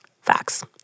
Facts